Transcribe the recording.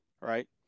right